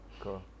Cool